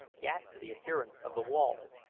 ghastly appearance of the walls,